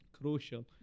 crucial